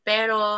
Pero